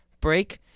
break